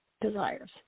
desires